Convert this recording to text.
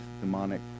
demonic